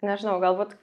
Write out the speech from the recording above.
nežinau galbūt